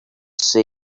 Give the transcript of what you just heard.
say